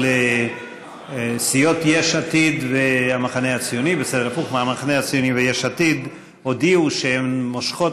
אבל סיעות המחנה הציוני ויש עתיד הודיעו שהן מושכות